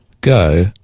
go